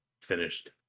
finished